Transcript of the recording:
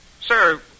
Sir